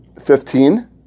fifteen